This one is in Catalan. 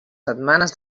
setmanes